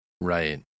right